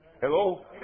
Hello